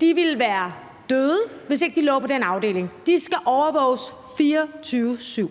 ville være døde, hvis ikke de lå på den afdeling. De skal overvåges 24-7.